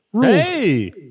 Hey